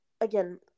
again